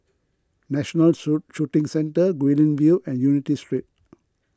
National shoe Shooting Centre Guilin View and Unity Street